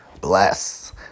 bless